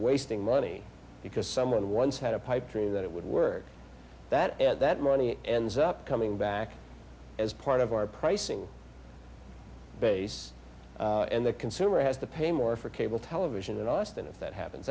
wasting money because someone once had a pipe dream that it would work that that money ends up coming back as part of our pricing base and the consumer has to pay more for cable television and us than if that happens